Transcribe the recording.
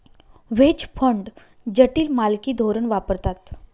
veg fund जटिल मालकी धोरण वापरतात